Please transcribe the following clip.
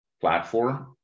platform